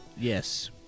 Yes